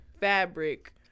fabric